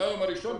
מהיום הראשון,